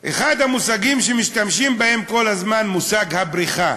אחד המושגים שמשתמשים בהם כל הזמן, מושג הבריכה.